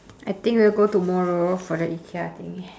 I think we'll go tomorrow for the ikea thing